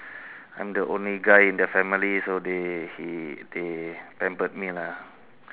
I'm the only guy in the family so they he they pampered me lah